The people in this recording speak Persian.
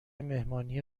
مهمانی